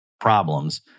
problems